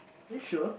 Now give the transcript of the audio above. are you sure